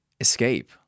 escape